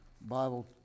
Bible